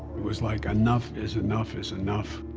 was, like, enough is enough is enough.